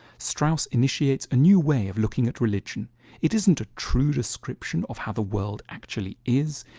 strauss initiates a new way of looking at religion it isn't a true description of how the world actually is.